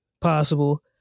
possible